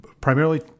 primarily